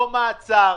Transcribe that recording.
לא מעצר,